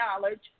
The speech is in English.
knowledge